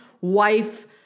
wife